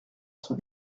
son